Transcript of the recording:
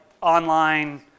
online